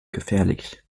gefährlich